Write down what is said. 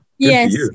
Yes